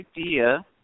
idea